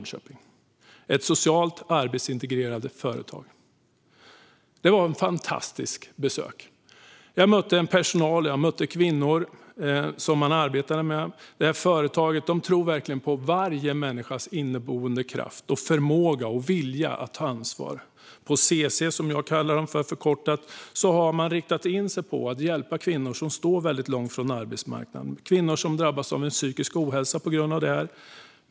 Det är ett socialt arbetsintegrerande företag. Det var ett fantastiskt besök. Jag mötte personal, och jag mötte kvinnor som man arbetar med. Detta företag tror verkligen på varje människas inneboende kraft, förmåga och vilja att ta ansvar. På CC, som jag kallar dem, har man riktat in sig på att hjälpa kvinnor som står mycket långt från arbetsmarknaden och kvinnor som har drabbats av psykisk ohälsa på grund av detta.